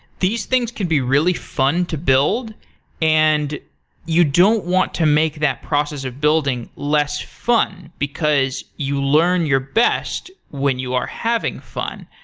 these things could be really fun to build and you don't want to make that process of building less fun, because you learn your best when you are having fun.